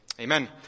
amen